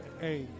Hey